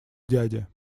дядя